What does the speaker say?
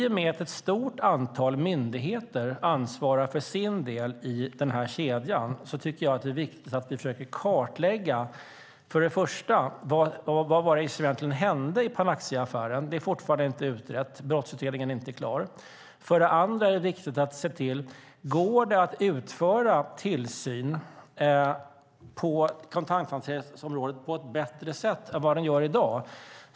I och med att ett stort antal myndigheter ansvarar för sin del i den här kedjan tycker jag att det är viktigt att vi för det första försöker kartlägga vad det egentligen var som hände i Panaxiaaffären. Det är fortfarande inte utrett. Brottsutredningen är inte klar. För det andra är det viktigt att se om det går att utföra tillsynen på kontanthanteringsområdet bättre än i dag.